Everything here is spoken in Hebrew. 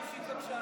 זה שקר.